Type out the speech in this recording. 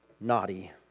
naughty